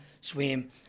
swim